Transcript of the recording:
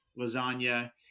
lasagna